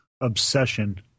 Obsession